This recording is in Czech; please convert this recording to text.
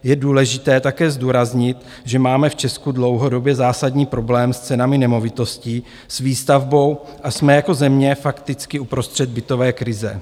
Je důležité také zdůraznit, že máme v Česku dlouhodobě zásadní problém s cenami nemovitostí, s výstavbou a jsme jako země fakticky uprostřed bytové krize.